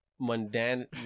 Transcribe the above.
mundane